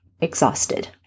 exhausted